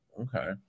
Okay